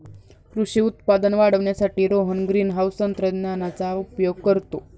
कृषी उत्पादन वाढवण्यासाठी रोहन ग्रीनहाउस तंत्रज्ञानाचा उपयोग करतो